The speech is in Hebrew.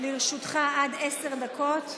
לרשותך עד עשר דקות.